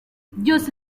byose